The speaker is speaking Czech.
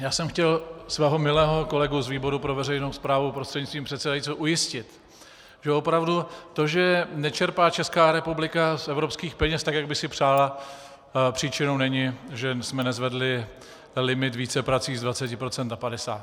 Já jsem chtěl svého milého kolegu z výboru pro veřejnou správu prostřednictvím předsedajícího ujistit, že opravdu to, že nečerpá Česká republika z evropských peněz tak, jak by si přála, příčinou není, že jsme nezvedli limit víceprací z 20 procent na 50.